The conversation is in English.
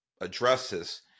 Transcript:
addresses